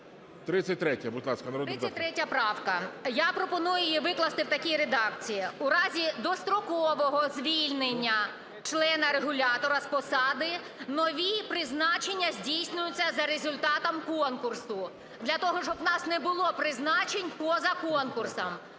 33 правка. Я пропоную її викласти в такій редакції: "У разі дострокового звільнення члена Регулятора з посади нові призначення здійснюються за результатом конкурсу". Для того, щоб в нас не було призначень поза конкурсом.